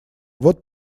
вот